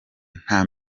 nta